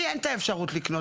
לי אין את האפשרות לקנות,